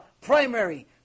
primary